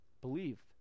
Believe